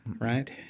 Right